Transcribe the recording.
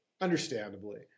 Understandably